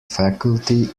faculty